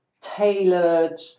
tailored